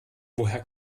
woher